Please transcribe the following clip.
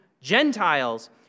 Gentiles